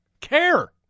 Care